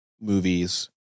movies